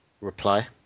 reply